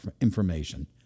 information